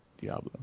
Diablo